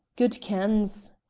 gude kens!